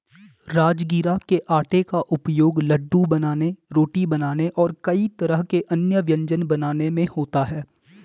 राजगिरा के आटे का उपयोग लड्डू बनाने रोटी बनाने और कई तरह के अन्य व्यंजन बनाने में होता है